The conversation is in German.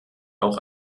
auch